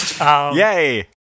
yay